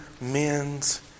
men's